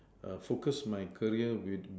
err focus my career with